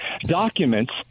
documents